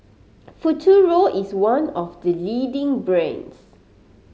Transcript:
Futuro is one of the leading brands